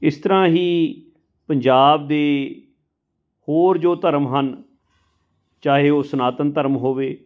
ਇਸ ਤਰ੍ਹਾਂ ਹੀ ਪੰਜਾਬ ਦੇ ਹੋਰ ਜੋ ਧਰਮ ਹਨ ਚਾਹੇ ਉਹ ਸਨਾਤਨ ਧਰਮ ਹੋਵੇ